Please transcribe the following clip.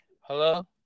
Hello